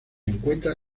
encuentra